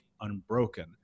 unbroken